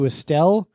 Estelle